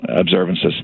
observances